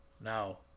now